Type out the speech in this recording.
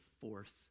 fourth